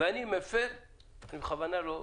אני בכוונה לא --- לא,